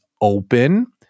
open